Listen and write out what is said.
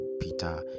peter